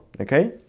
okay